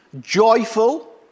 joyful